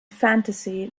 fantasy